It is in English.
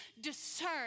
discern